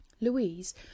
Louise